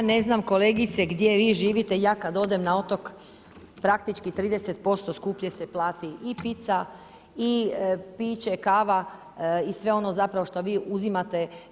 Ja ne znam kolegice gdje vi živite, ja kad odem na otok praktički 30% skuplje se plati i pizza i piće, kava i sve ono zapravo što vi uzimate.